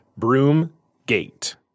Broomgate